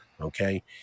okay